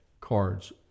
cards